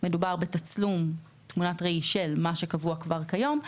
מדובר בתמונת ראי של מה שקבוע כבר כיום.